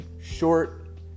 short